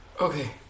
Okay